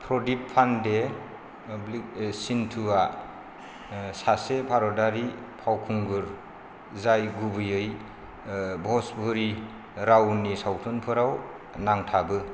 प्रदिप पान्डे चिन्टुआ सासे भारतारि फावखुंगुर जाय गुबैयै भजपुरि रावनि सावथुनफोराव नांथाबो